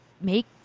make